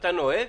--- אתה נוהג?